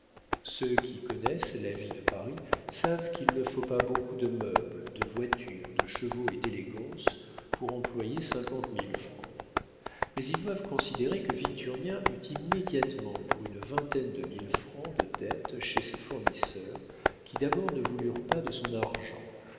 ceux qui connaissent la vie de paris savent qu'il ne faut pas beaucoup de meubles de voitures de chevaux et d'élégance pour employer cinquante mille francs mais ils doivent considérer que victurnien eut immédiatement pour une vingtaine de mille francs de dettes chez ses fournisseurs qui d'abord ne voulurent pas de son argent